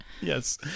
Yes